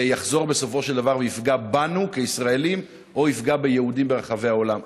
יחזור בסופו של דבר ויפגע בנו כישראלים או יפגע ביהודים ברחבי העולם.